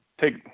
take